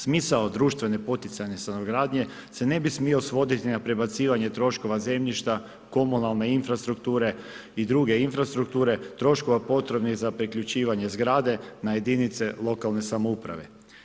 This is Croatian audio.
Smisao društvene poticajne stanogradnje se ne bi smio svoditi na prebacivanje troškova zemljišta komunalne infrastrukture i druge infrastrukture, troškova potrebnih za priključivanje zgrade na jedinice lokalne samouprave.